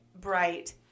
bright